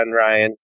Ryan